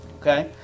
okay